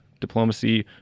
diplomacy